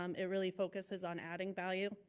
um it really focuses on adding value,